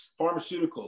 pharmaceuticals